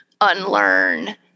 unlearn